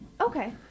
Okay